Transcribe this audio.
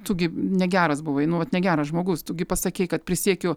tu gi negeras buvai nu vat negeras žmogus tu gi pasakei kad prisiekiu